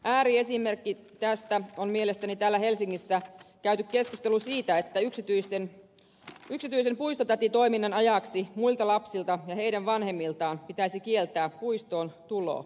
ääriesimerkki tästä on mielestäni täällä helsingissä käyty keskustelu siitä että yksityisen puistotätitoiminnan ajaksi muilta lapsilta ja heidän vanhemmiltaan pitäisi kieltää puistoon tulo